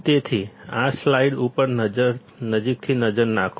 તેથી આ સ્લાઇડ ઉપર નજીકથી નજર નાખો